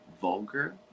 vulgar